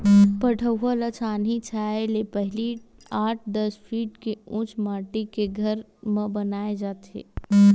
पठउवा ल छानही छाहे ले पहिली आठ, दस फीट के उच्च माठी के घर म बनाए जाथे